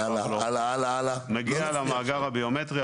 מגיע למאגר הביומטרי,